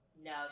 No